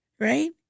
Right